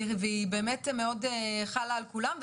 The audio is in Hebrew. היא חלה על כולם,